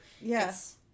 Yes